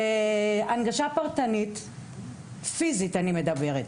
בהנגשה פרטנית פיזית אני מדברת,